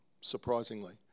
surprisingly